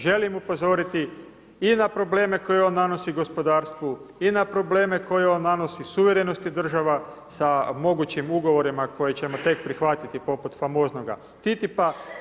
Želim upozoriti i na probleme koje on nanosi gospodarstvu i na probleme koje on nanosi suverenosti država sa mogućim ugovorima koje ćemo tek prihvatiti poput famoznoga Titipa.